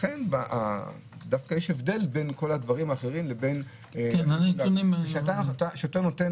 לכן דווקא יש הבדל בין כל הדברים האחרים לבין כשאתה נותן